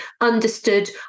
understood